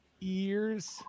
ears